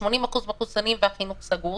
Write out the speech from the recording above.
80% מחוסנים והחינוך סגור,